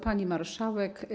Pani Marszałek!